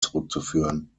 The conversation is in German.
zurückzuführen